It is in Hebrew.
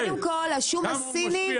קודם כל, השום הסיני